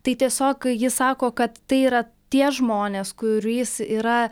tai tiesiog ji sako kad tai yra tie žmonės kuriais yra